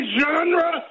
genre